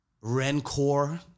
rancor